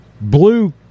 blue